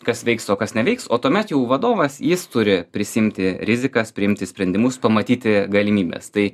kas veiks o kas neveiks o tuomet jau vadovas jis turi prisiimti rizikas priimti sprendimus pamatyti galimybes tai